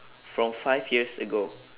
from five years ago